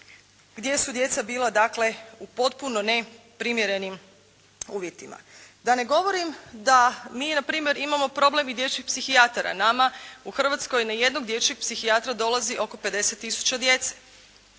gdje su djeca bila dakle u potpuno neprimjerenim uvjetima. Da ne govorim da mi npr. imamo problem i dječjih psihijatara. Nama u Hrvatskoj na jednog dječjeg psihijatra dolazi oko 50 tisuća djece.